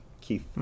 Keith